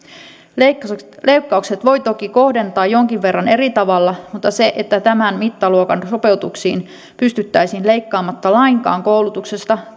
leikkaukset leikkaukset voi toki kohdentaa jonkin verran eri tavalla mutta se että tämän mittaluokan sopeutuksiin pystyttäisiin leikkaamatta lainkaan koulutuksesta